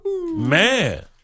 man